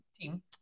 team